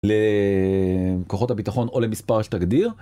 לכוחות הביטחון או למספר שתגדיר.